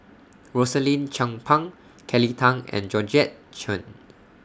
Rosaline Chan Pang Kelly Tang and Georgette Chen